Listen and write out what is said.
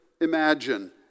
imagine